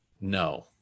no